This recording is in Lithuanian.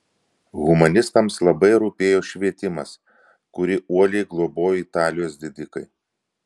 humanistams labai rūpėjo švietimas kurį uoliai globojo italijos didikai